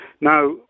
Now